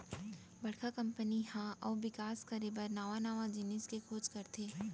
बड़का कंपनी ह अउ बिकास करे बर नवा नवा जिनिस के खोज करथे